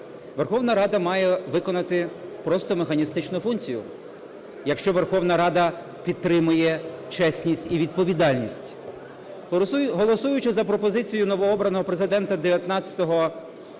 Верховна Рада має виконати просто механістичну функцію, якщо Верховна Рада підтримує чесність і відповідальність. Голосуючи за пропозицію новообраного Президента 19